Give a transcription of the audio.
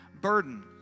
burden